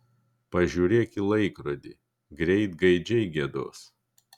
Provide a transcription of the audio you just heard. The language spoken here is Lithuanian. pažiūrėk į laikrodį greit gaidžiai giedos